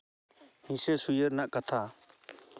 ᱦᱤᱥᱟᱹ ᱥᱩᱭᱟᱹ